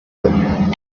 them